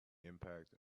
impact